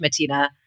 Matina